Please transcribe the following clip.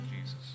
Jesus